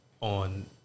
on